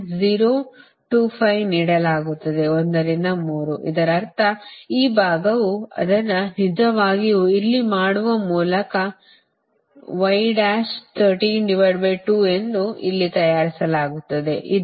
025 ನೀಡಲಾಗುತ್ತದೆ 1 ರಿಂದ 3 ಇದರರ್ಥ ಈ ಭಾಗವು ಅದನ್ನು ನಿಜವಾಗಿ ಇಲ್ಲಿ ಮಾಡುವ ಮೂಲಕ ಇದನ್ನು ನಿಜವಾಗಿ ಎಂದು ಇಲ್ಲಿ ತಯಾರಿಸಲಾಗುತ್ತದೆ ಅದು 0